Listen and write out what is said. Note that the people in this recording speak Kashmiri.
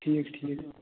ٹھیٖک ٹھیٖک